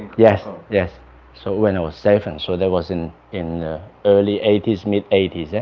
yes, yes so when i was seven so that was in in early eighty s mid eighty s